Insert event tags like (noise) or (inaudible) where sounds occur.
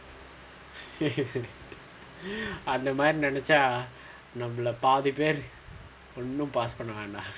(laughs) அந்த மாதிரி நினைச்ச நம்மள்ல பாதி பேரு ஒன்னும்:antha maathiri ninaicha nammala paathi peru onnum pass பண்ண வேண்டாம்:panna vendaam